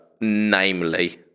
Namely